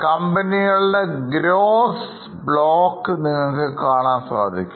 കമ്പനികളുടെഗ്രോസ് block കാണാൻ സാധിക്കും